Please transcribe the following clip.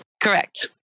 Correct